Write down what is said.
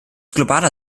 globaler